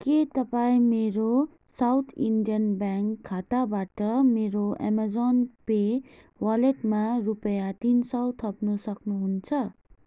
के तपाईँ मेरो साउथ इन्डियन ब्याङ्क खाताबाट मेरो एमाजोन पे वालेटमा रुपियाँ तिन सय थप्नु सक्नुहुन्छ